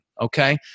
okay